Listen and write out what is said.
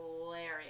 hilarious